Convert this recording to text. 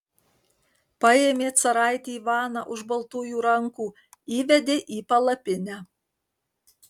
paėmė caraitį ivaną už baltųjų rankų įvedė į palapinę